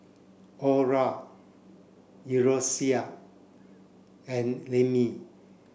Orra Eloisa and Lemmie